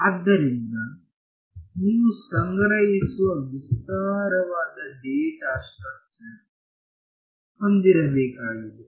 ಆದ್ದರಿಂದ ನೀವು ಸಂಗ್ರಹಿಸುವ ವಿಸ್ತಾರವಾದ ಡೇಟಾ ಸ್ಟ್ರಕ್ಚರ್ ಹೊಂದಿರಬೇಕಾಗಿದೆ